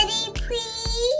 please